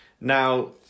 now